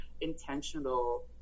intentional